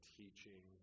teaching